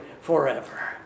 forever